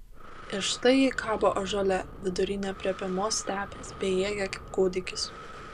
ir štai ji kabo ąžuole vidury neaprėpiamos stepės bejėgė kaip kūdikis